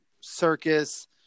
circus